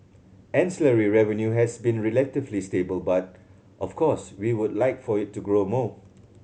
ancillary revenue has been relatively stable but of course we would like for it to grow more